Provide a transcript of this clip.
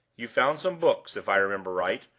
you found some books, if i remember right,